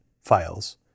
files